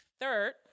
Third